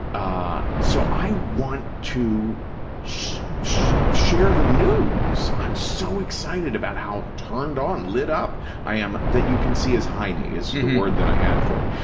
ah so, i want to share the news, i'm so excited about how turned on, lit up i am that you can see his heinie, is the word that i had for it.